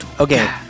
Okay